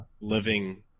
living